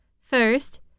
First